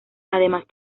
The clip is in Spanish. además